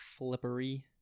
flippery